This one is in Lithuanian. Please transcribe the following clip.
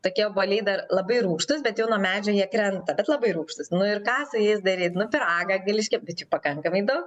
tokie obuoliai dar labai rūgštūs bet jau nuo medžio jie krenta bet labai rūgštūs nu ir ką su jais daryt nu pyragą gali iškept bet čia pakankamai daug